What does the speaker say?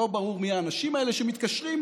לא ברור מי האנשים האלה שמתקשרים,